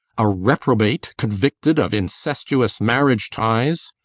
a reprobate convicted of incestuous marriage ties.